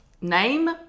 Name